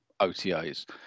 OTAs